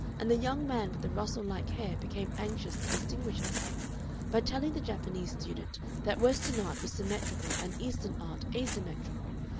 and the young man with the russell-like hair became anxious to distinguish himself by telling the japanese student that western art was symmetrical and eastern art asymmetrical,